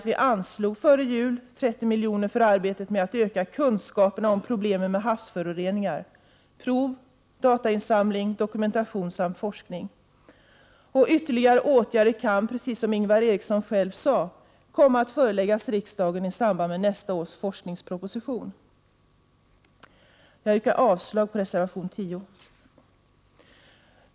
Vi anslog ju före jul 30 miljoner för arbetet med att öka kunskaperna om problemen med havsföroreningarna — prov, datainsamling, dokumentation samt forskning. Ytterligare åtgärder kan, precis som Ingvar Eriksson påpekade, komma att föreläggas riksdagen i samband med nästa års forskningsproposition. Jag yrkar avslag på reservation 10.